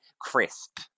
crisp